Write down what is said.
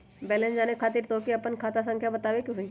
Balance जाने खातिर तोह के आपन खाता संख्या बतावे के होइ?